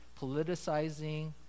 politicizing